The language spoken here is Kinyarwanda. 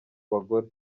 bagore